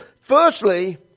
firstly